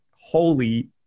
holy